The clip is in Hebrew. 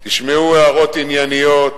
תשמעו הערות ענייניות